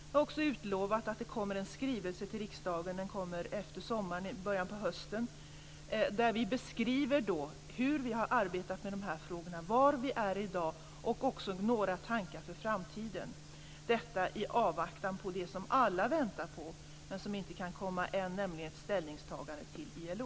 Jag har också utlovat att det kommer en skrivelse till riksdagen. Den kommer efter sommaren, i början på hösten. I den beskriver vi hur vi har arbetat med de här frågorna, var vi är i dag. Där ges också några tankar inför framtiden - detta i avvaktan på det som alla väntar på, men som inte kan komma än, nämligen ett ställningstagande till ILO.